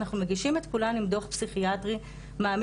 אנחנו מגישים את כולן עם דוח פסיכיאטרי מעמיק,